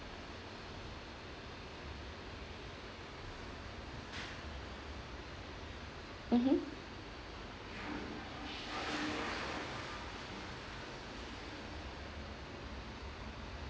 mmhmm